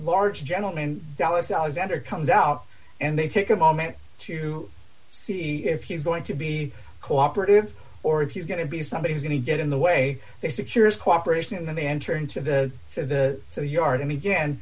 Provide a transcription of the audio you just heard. large gentleman dallas alexander comes out and they take a moment to see if he's going to be cooperative or if he's going to be somebody is going to get in the way they secures cooperation and then they enter into the to the to the yard and again